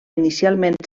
inicialment